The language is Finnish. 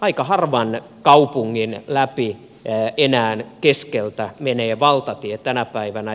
aika harvan kaupungin läpi enää keskeltä menee valtatie tänä päivänä